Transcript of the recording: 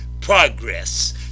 progress